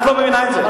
את לא מבינה את זה,